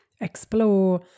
explore